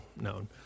known